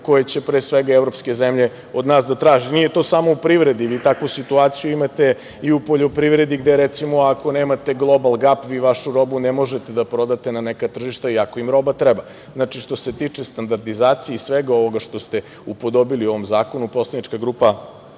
koje će, pre svega, evropske zemlje od nas da traži. Nije to samo u privredi ili takvu situaciju imate i u poljoprivredi gde je, recimo, ako nemate Global G.A.P. vi vašu robu ne možete da prodate na neka tržišta iako im roba treba. Znači, što se tiče standardizacije i svega ovoga što se upodobili u ovom zakonu, poslanička grupa